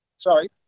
Sorry